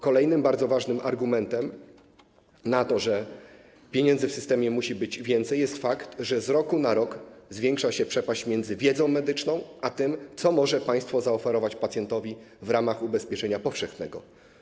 Kolejnym bardzo ważnym argumentem na to, że pieniędzy w systemie musi być więcej, jest fakt, że z roku na rok zwiększa się przepaść między wiedzą medyczną a tym, co państwo może zaoferować pacjentowi w ramach ubezpieczenia powszechnego.